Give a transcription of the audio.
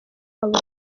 aba